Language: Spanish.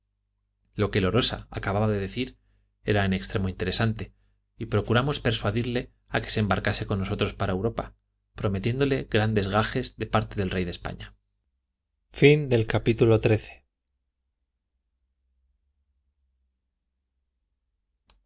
lo que lorosa acababa de decir era en extremo interesante y procuramos persuadirle a que se embarcase con nosotros para europa prometiéndole grandes gajes de parte del rey de españa